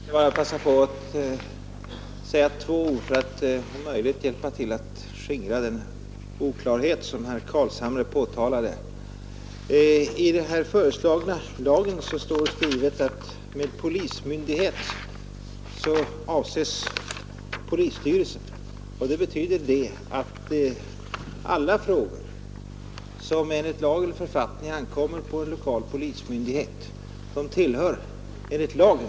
Herr talman! Jag skall passa på att säga några ord för att om möjligt hjälpa till att skingra den oklarhet som herr Carlshamre påtalade. I den föreslagna lagen står skrivet: ”Med polismyndighet avses polisstyrelsen.” Det betyder att alla frågor som enligt lag eller författning ankommer på lokal polismyndighet enligt lagen tillhör polisstyrelsen.